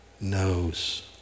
knows